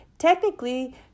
technically